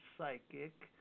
psychic